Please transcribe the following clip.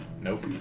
Nope